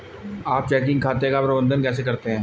आप चेकिंग खाते का प्रबंधन कैसे करते हैं?